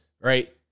right